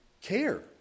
care